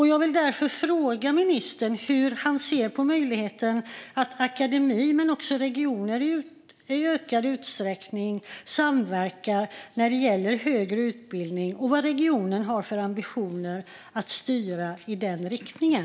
Jag vill därför fråga ministern hur han ser på möjligheten att akademin men också regioner i ökad utsträckning samverkar när det gäller högre utbildning och vad regeringen har för ambitioner att styra i den riktningen.